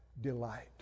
delight